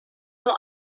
nur